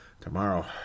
tomorrow